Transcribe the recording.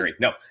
no